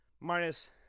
minus